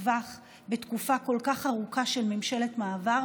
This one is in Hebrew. טווח בתקופה כל כך ארוכה של ממשלת מעבר.